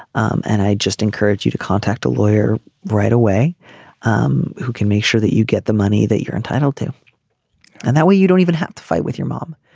um and i just encourage you to contact a lawyer right away um who can make sure that you get the money that you're entitled to and that way you don't even have to fight with your mom.